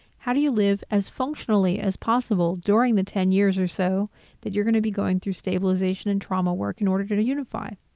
how do you live as functionally as possible during the ten years or so that you're going to be going through stabilization and trauma work in order to unify?